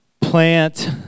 plant